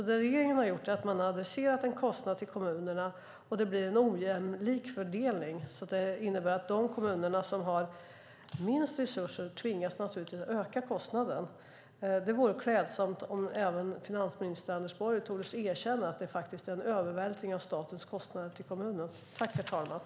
Det regeringen har gjort är att man har adresserat en kostnad till kommunerna, och det blir en ojämlik fördelning som innebär att de kommuner som har minst resurser tvingas öka kostnaden. Det vore klädsamt om även finansminister Anders Borg tordes erkänna att det faktiskt är en övervältring av statens kostnader till kommunerna.